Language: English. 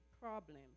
problem